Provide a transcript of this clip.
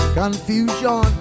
confusion